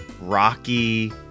rocky